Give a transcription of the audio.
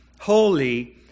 holy